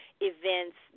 events